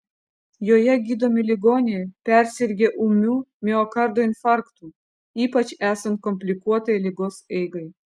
joje gydomi ligoniai persirgę ūmiu miokardo infarktu ypač esant komplikuotai ligos eigai